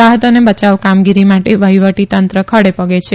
રાહત અને બચાવ કામગીરી માટે વહીવટીતંત્ર ખડે ગે છે